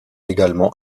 également